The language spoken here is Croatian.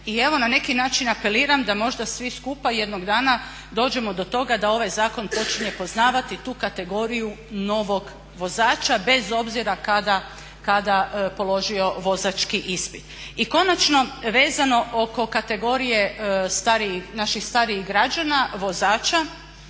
i evo na neki način apeliram da možda svi skupa jednog dana dođemo do toga da ovaj zakon počinje poznavati tu kategoriju novog vozača bez obzira kada položio vozački ispit. I konačno vezano oko kategorije starijih, naših starijih građana vozača,